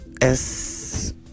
es